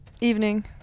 evening